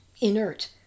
inert